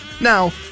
Now